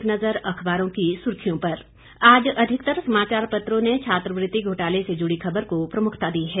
एक नज़र अखबारों की सुर्खियों पर आज अधिकतर समाचार पत्रों ने छात्रवृत्ति घोटाले से जुड़ी खबर को प्रमुखता दी है